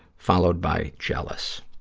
followed by jealous.